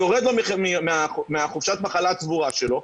זה יורד לו מחופשת המחלה הצבורה שלו.